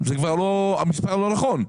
המספר לא נכון.